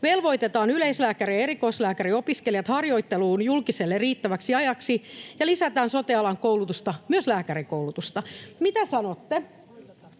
velvoitetaan yleislääkäri- ja erikoislääkäriopiskelijat harjoitteluun julkiselle riittäväksi ajaksi ja lisätään sote-alan koulutusta — myös lääkärikoulutusta. Mitä sanotte?